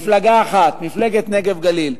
זו מפלגה אחת: מפלגת נגב-גליל.